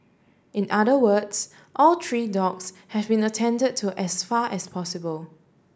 in other words all three dogs have been attend to as far as possible